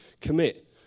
commit